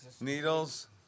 Needles